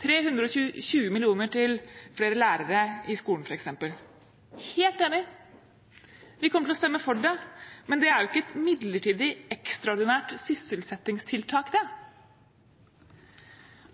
320 mill. kr. til flere lærere i skolen, f.eks. Helt enig! Vi kommer til å stemme for det, men det er jo ikke et midlertidig ekstraordinært sysselsettingstiltak.